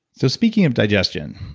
so speaking of digestion,